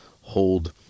hold